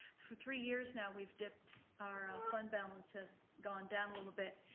for three years now we've dipped, our fund balance has gone down a little bit.